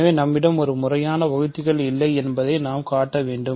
எனவே நம்மிடம் ஒரு முறையான வகுத்திகள் இல்லை என்பதை நாம் காட்ட வேண்டும்